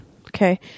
Okay